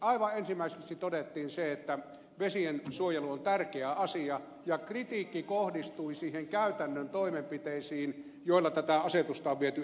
aivan ensimmäiseksi todettiin se että vesien suojelu on tärkeä asia ja kritiikki kohdistui käytännön toimenpiteisiin joilla tätä asetusta on viety eteenpäin